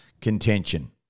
contention